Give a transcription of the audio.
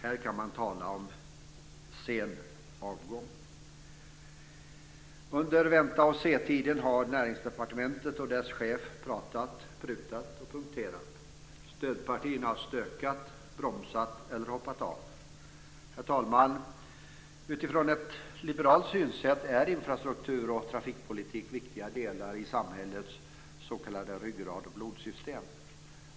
Här kan man tala om sen avgång! Under vänta-och-se-tiden har Näringsdepartementet och dess chef pratat, prutat och punkterat. Stödpartierna har stökat, bromsat eller hoppat av. Herr talman! Utifrån ett liberalt synsätt är infrastruktur och trafikpolitik viktiga delar i samhällets s.k. ryggrad och blodsystem.